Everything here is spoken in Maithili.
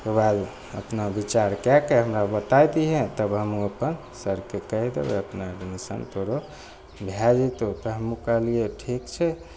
तकरबाद अपना विचार कए कऽ हमरा बता दिहे तब हमहूँ अपन सरके कहि देबय अपना एडमिशन तोरो भए जेतौ तऽ हमहूँ कहलियै ठीक छै